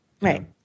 right